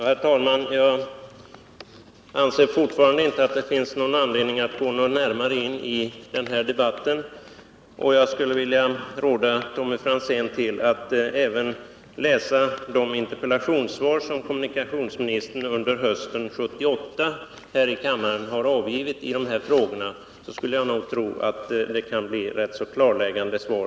Herr talman! Jag anser fortfarande att det inte finns någon anledning att närmare gå in på den här frågan. Jag skulle vilja råda Tommy Franzén att studera de interpellationssvar som kommunikationsministern i detta sammanhang under hösten 1978 avgivit här i kammaren. Jag tror att Tommy Franzén den vägen kan få rätt så klarläggande svar.